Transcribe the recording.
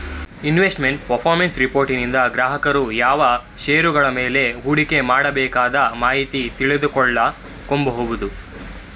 investment performance ರಿಪೋರ್ಟನಿಂದ ಗ್ರಾಹಕರು ಯಾವ ಶೇರುಗಳ ಮೇಲೆ ಹೂಡಿಕೆ ಮಾಡಬೇಕದ ಮಾಹಿತಿ ತಿಳಿದುಕೊಳ್ಳ ಕೊಬೋದು